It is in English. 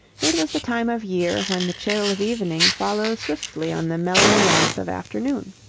it was the time of year when the chill of evening follows swiftly on the mellow warmth of afternoon.